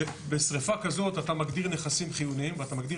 בשריפה כזאת אתה מגדיר נכסים חיוניים ואתה מגדיר